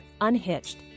Unhitched